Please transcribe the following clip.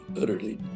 utterly